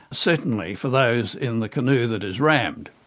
certainly for those in the canoe that is rammed.